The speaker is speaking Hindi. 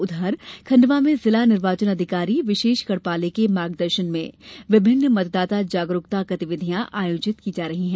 उधर खण्डवा में जिला निर्वाचन अधिकारी श्री विषेष गढ़पाले के मार्गदर्शन में विभिन्न मतदाता जागरूकता गतिविधियां आयोजित की जा रही है